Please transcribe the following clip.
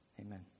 amen